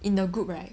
in the group right